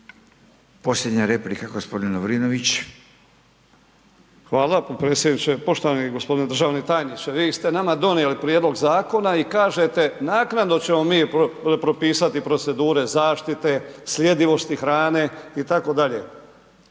potpredsjedniče. Poštovani gospodine državni tajniče. Vi ste nama donijeli prijedlog zakona i kažete, naknadno ćemo mi propisati procedure zaštite, sljedivosti hrane itd.